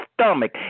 stomach